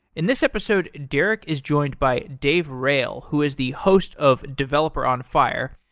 in this episode, derek is joined by dave rael, who is the host of developer on fire.